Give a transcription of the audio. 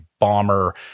bomber